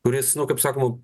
kuris nu kaip sakoma